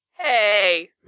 Hey